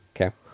Okay